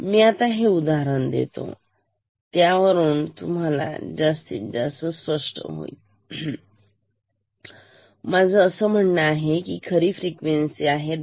मी आता हे उदाहरण देतो त्यावरून हे जास्त स्पष्ट होईल मी असं म्हणतो की खरी फ्रिक्वेन्सी आहे 10